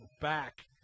back